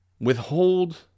withhold